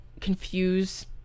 confuse